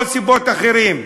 או סיבות אחרות.